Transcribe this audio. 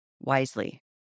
wisely